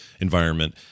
environment